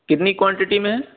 کتنی کوانٹیٹی میں ہے